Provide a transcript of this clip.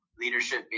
Leadership